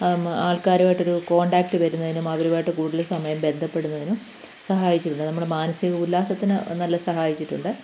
ആൾക്കാരുമായിട്ട് ഒരു കോൺടാക്ട് വരുന്നതിനും അവരുമായിട്ട് കൂടുതൽ സമയം ബന്ധപ്പെടുന്നതിനും സഹായിച്ചിരുന്നു നമ്മുടെ മാനസിക ഉല്ലാസത്തിന് നല്ല സഹായിച്ചിട്ടുണ്ട്